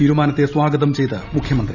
തീരുമാനത്തെ സ്വാഗതം ചെയ്ത് മുഖ്യമന്ത്രി